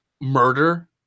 murder